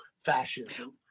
fascism